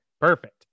Perfect